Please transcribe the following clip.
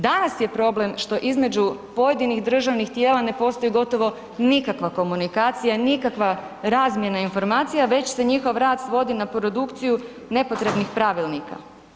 Danas je problem što između pojedinih državnih tijela ne postoji gotovo nikakva komunikacija, nikakva razmjena informacija, već se njihov rad svodi na produkciju nepotrebnih pravilnika.